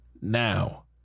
now